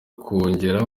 kongera